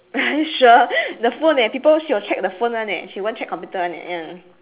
are you sure the phone eh people she will check the phone one eh she won't check computer one eh ya